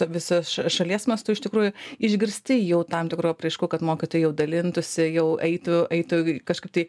visos šalies mastu iš tikrųjų išgirsti jau tam tikrų apraiškų kad mokytojai jau dalintųsi jau eitų eitų kažkaip tai